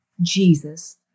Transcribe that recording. Jesus